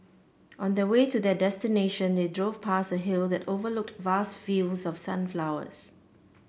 on the way to their destination they drove past a hill that overlooked vast fields of sunflowers